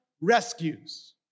rescues